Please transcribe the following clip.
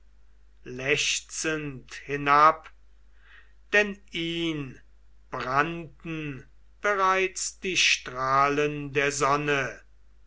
lechzend hinab denn ihn brannten bereits die strahlen der sonne